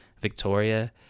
Victoria